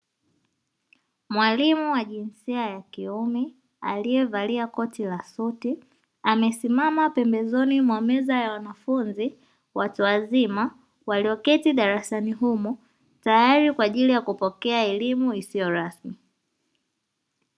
Mwalimu wa jinsia ya kiume, aliyevalia koti la suti, amesimama pembezoni mwa meza ya wanafunzi watu wazima, walioketi darasani humo, tayari kupokea elimu isiyo rasmi.